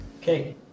Okay